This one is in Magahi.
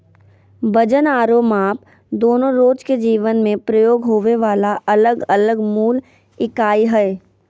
वजन आरो माप दोनो रोज के जीवन मे प्रयोग होबे वला अलग अलग मूल इकाई हय